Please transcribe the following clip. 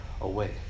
away